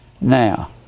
Now